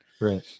Right